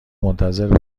منتظر